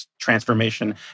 transformation